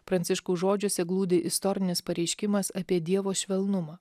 pranciškaus žodžiuose glūdi istorinis pareiškimas apie dievo švelnumą